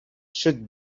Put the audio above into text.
should